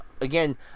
again